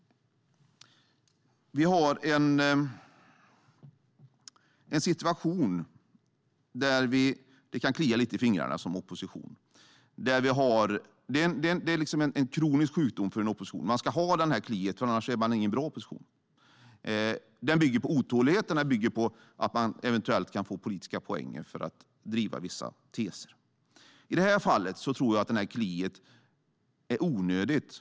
Vi har en situation där det kan klia lite i fingrarna för oppositionen. Det är en kronisk sjukdom för en opposition. Man ska ha det där kliet, annars är man ingen bra opposition. Det bygger på otålighet och på att man eventuellt kan få politiska poäng för att driva vissa teser. Men i det här fallet tror jag att det där kliet är onödigt.